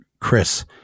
Chris